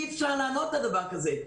אי-אפשר לענות לדבר כזה.